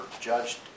judged